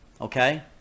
okay